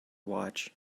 watch